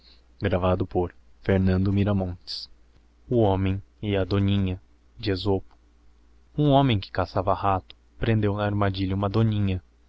o homem e a doninha hum homem que caçava ílato prendeo na armadilha huma doninha